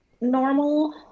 normal